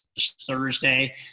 Thursday